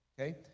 okay